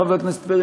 חבר הכנסת פרי,